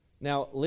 Now